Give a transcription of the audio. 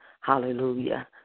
Hallelujah